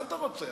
מה אתה רוצה?